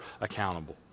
accountable